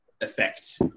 effect